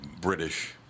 British